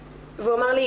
הוא אמר לי,